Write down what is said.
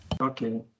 okay